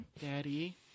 Daddy